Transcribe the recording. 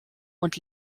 und